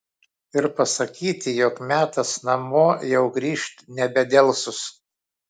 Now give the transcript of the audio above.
ir pasakyti jog metas namo jau grįžt nebedelsus